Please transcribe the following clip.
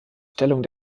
stellung